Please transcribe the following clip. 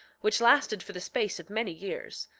which lasted for the space of many years,